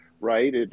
Right